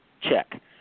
check